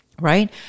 right